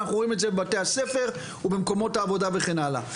ואנחנו רואים את זה בבתי הספר ובמקומות העבודה וכן הלאה.